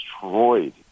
destroyed